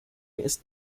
ist